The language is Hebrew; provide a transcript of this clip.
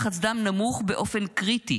לחץ דם נמוך באופן קריטי